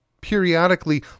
periodically